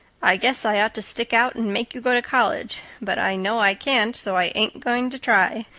i guess i ought to stick out and make you go to college but i know i can't, so i ain't going to try.